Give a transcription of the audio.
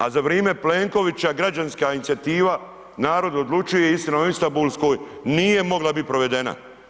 A za vrijeme Plenkovića Građanska inicijativa Narod odlučuje, Istina o istambulskoj, nije mogla biti prevedena.